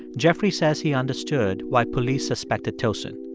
jeffrey says he understood why police suspected tosin.